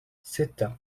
ستة